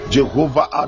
Jehovah